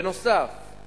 נוסף על כך,